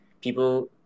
people